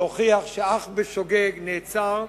להוכיח שאך בשוגג נעצר,